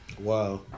Wow